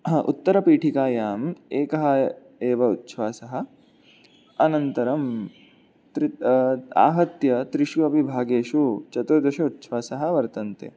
उत्तरपीठिकायाम् एकः एव उच्छ्वासः अनन्तरं त्रि आहत्य त्रिषु अपि भागेषु चतुर्दश उच्छ्वासाः वर्तन्ते